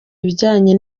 ibijyanye